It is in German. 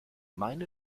meine